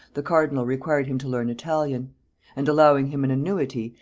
the cardinal required him to learn italian and allowing him an annuity,